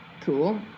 cool